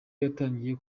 yatangiye